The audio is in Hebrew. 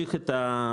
נמשיך את הפינויים,